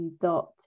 dot